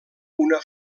una